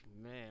Man